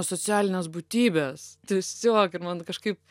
socialinės būtybės tiesiog ir man kažkaip